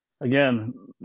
again